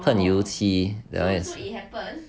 喷油漆